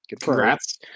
congrats